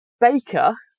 baker